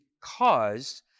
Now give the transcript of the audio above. caused